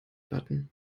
button